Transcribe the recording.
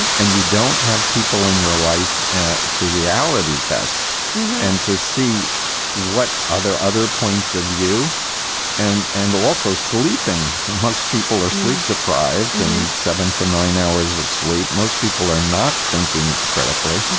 and you don't have people in your life and to reality tests and to see what other other points of view and and also sleeping. most people are sleep deprived. seven to nine hours of sleep. most people are not thinking critically.